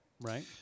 right